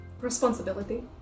responsibility